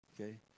Okay